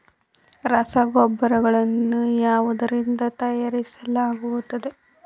ರಸಗೊಬ್ಬರಗಳನ್ನು ಯಾವುದರಿಂದ ತಯಾರಿಸಲಾಗುತ್ತದೆ?